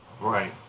Right